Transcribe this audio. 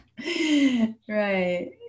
Right